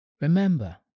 Remember